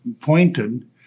pointed